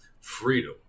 freedom